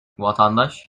vatandaş